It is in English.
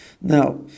Now